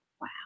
Wow